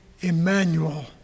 Emmanuel